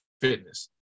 fitness